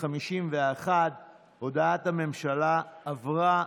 51. הודעת הממשלה עברה.